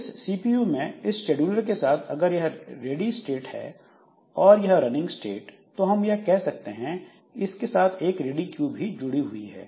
इस सीपीयू में इस शेड्यूलर के साथ अगर यह रेडिस्टेट है और यह रनिंग स्टेट तो हम कह सकते हैं इसके साथ एक रेडी क्यू भी जुड़ी हुई है